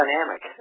dynamic